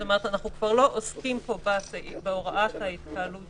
כלומר אנחנו לא עוסקים פה בהוראת ההתקהלות